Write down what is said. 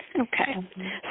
Okay